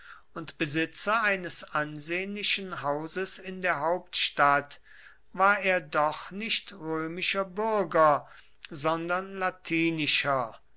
und besitzer eines ansehnlichen hauses in der hauptstadt war er doch nicht römischer bürger sondern latinischer